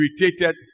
irritated